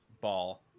ball